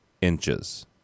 inches